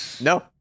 No